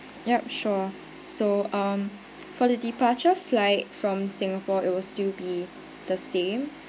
yup sure so um for the departure flight from singapore it will still be the same